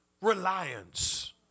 reliance